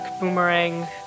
Boomerang